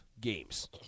games